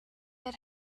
had